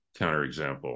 counterexample